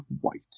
white